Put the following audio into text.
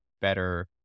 better